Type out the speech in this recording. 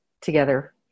together